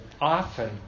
often